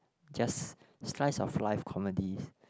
just Slice of Life comedies